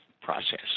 process